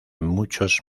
muchos